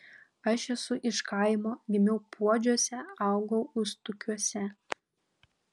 aš esu iš kaimo gimiau puodžiuose augau ustukiuose